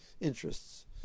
interests